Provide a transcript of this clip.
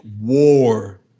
war